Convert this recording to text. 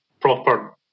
proper